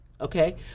Okay